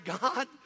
God